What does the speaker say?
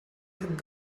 had